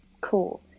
cool